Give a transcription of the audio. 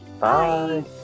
Bye